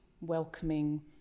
welcoming